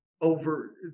over